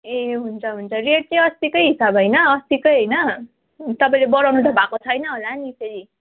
ए हुन्छ हुन्छ रेट चाहिँ अस्तिकै हिसाब होइन अस्तिकै होइन तपाईँले बडाउनु त भएको छैन होला नि फेरि